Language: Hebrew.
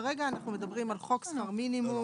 כרגע אנחנו מדברים על חוק שכר מינימום,